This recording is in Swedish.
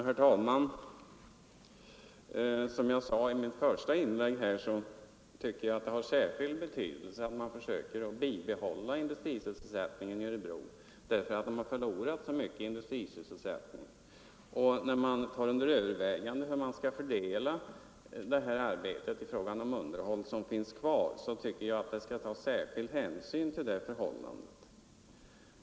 Herr talman! Som jag sade i mitt första inlägg tycker jag att det har särskilt stor betydelse att SJ försöker bibehålla verkstaden i Örebro eftersom denna kommun har förlorat så mycket industrisysselsättning. När SJ tar under övervägande hur man skall fördela det underhållsarbete som finns kvar tycker jag därför att särskild hänsyn bör tillmätas det förhållandet.